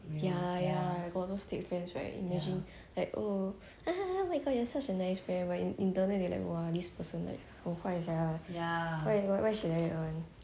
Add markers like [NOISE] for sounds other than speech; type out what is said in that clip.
ya ya like got those fake friends right imagine like oh [LAUGHS] like god you're such a nice friend but internally they like !wah! this person like 好怪 sia why why should she like that [one]